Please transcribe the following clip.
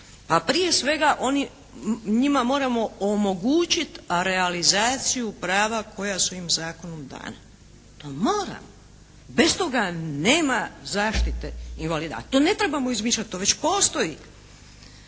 prije svega oni, njima moramo omogućiti realizaciju prava koja su im zakonom dana. To moramo. Bez toga nema zaštite invalida, a to ne trebamo izmišljati, to već postoji.